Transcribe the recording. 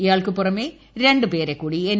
ഇയാൾക്ക് പുറമെ രണ്ടു പേരെക്കൂടി എൻ